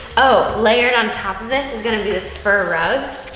oh, layered on top of this is gonna be this fur rug,